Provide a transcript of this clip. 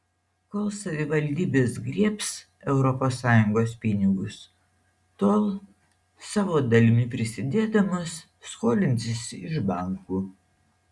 kol savivaldybės griebs europos sąjungos pinigus tol savo dalimi prisidėdamos skolinsis iš bankų